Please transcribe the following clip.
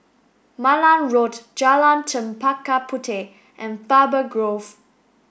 Malan Road Jalan Chempaka Puteh and Faber Grove